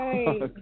Right